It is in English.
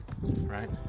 right